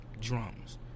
drums